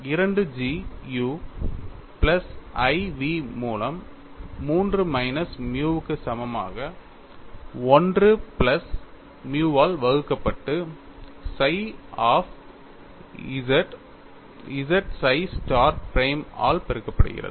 2 G u plus i v மூலம் 3 minus மியுவுக்கு சமமாக 1 பிளஸ் மியுவால் வகுக்கப்பட்டு psi of z z psi star prime ஆல் பெருக்கப்படுகிறது